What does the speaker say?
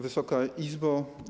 Wysoka Izbo!